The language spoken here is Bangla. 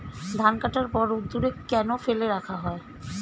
ধান কাটার পর রোদ্দুরে কেন ফেলে রাখা হয়?